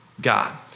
God